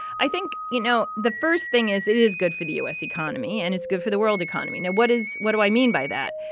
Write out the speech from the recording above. i think, you know, the first thing is it is good for the u s. economy, and it's good for the world economy. now, what is what do i mean by that?